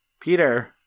Peter